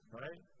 right